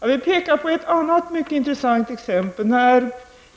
Jag vill peka på ett annat mycket intressant exempel.